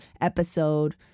episode